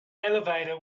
elevator